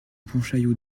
pontchaillou